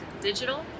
digital